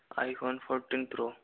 iphone fourteen pro